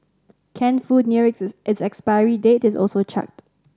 canned food nearing its its expiry date is also chucked